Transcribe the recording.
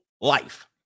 life